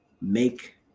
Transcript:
make